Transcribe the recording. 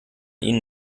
ihnen